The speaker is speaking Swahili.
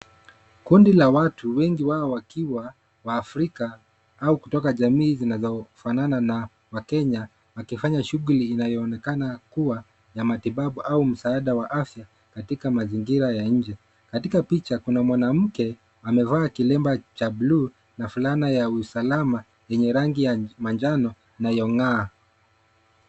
Kundi la watu wengi wao wakiwa, Waafrika, au kutoka jamii zinazofanana na Wakenya, wakifanya shughuli inayoonekana kuwa ya matibabu au msaada wa afya, katika mazingira ya nje. Katika picha kuna mwanamke, amevaa kilemba cha bluu na fulana ya usalama, yenye rangi ya manjano inayong'aa.